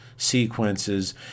sequences